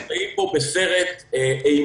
אנחנו חיים פה בסרט אימה.